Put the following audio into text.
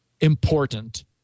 important